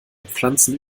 pflanzen